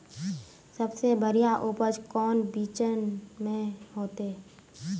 सबसे बढ़िया उपज कौन बिचन में होते?